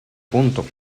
punto